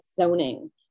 zoning